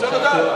רוצה לדעת.